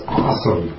awesome